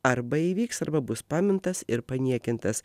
arba įvyks arba bus pamintas ir paniekintas